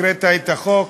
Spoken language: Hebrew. הקראת את החוק,